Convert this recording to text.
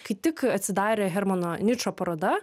kai tik atsidarė hermano ničo paroda